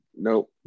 nope